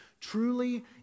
truly